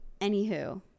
Anywho